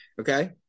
Okay